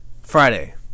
Friday